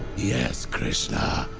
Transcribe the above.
yes, krishna,